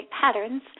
patterns